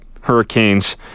Hurricanes